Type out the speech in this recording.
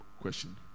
question